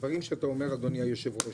הדברים שאתה אומר אדוני יושב הראש,